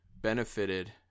benefited